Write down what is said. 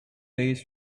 days